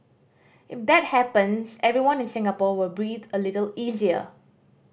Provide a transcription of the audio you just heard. if that happens everyone in Singapore will breathe a little easier